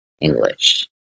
English